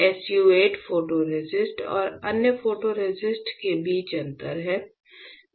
SU 8 photoresist और अन्य photoresist के बीच अंतर है